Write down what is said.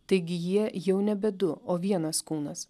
taigi jie jau nebe du o vienas kūnas